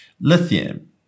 Lithium